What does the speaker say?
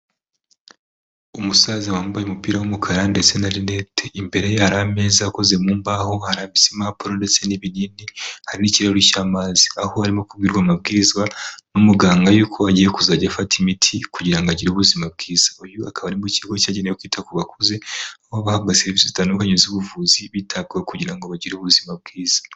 Umusaza wambaye umupira w'umukara ndetse na linete, imbere yari ameza akoze mu mbaho arambitse impapuro ndetse n'ibinini hari n'ikirahuri cy'amazi, aho arimo kubwirwa amabwizwa n'umuganga yuko agiye kuzajya afata imiti kugira ngo agire ubuzima bwiza, uyu akaba ari mu ikigo cyagenewe kwita ku bakuze aho bahabwa sevisi zitandukanye z'ubuvuzi bitabwaho kugira ngo bagire ubuzima bwiza.